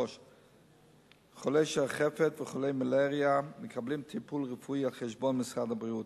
3. חולי שחפת וחולי מלריה מקבלים טיפול רפואי על חשבון משרד הבריאות.